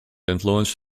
influence